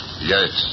Yes